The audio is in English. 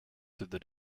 through